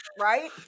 right